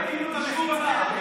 עניתי, למה הגביהו את המחיצה?